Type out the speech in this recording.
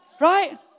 right